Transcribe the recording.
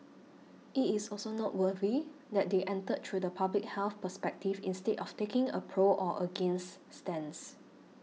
it is also noteworthy that they entered through the public health perspective instead of taking a pro or against stance